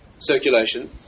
circulation